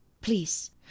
Please